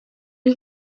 une